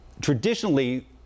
Traditionally